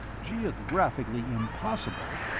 geographically impossible?